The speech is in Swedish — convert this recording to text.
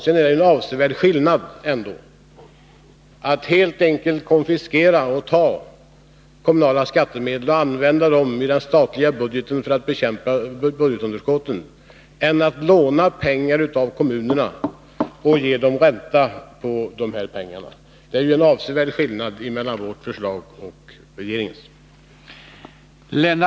Det är ändå en avsevärd skillnad på att helt enkelt konfiskera kommunala skattemedel och använda dem i den statliga budgeten för att bekämpa budgetunderskottet och att låna pengar av kommunerna och ge dem ränta på dessa pengar. Det är en avsevärd skillnad på vårt förslag och regeringens.